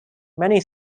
many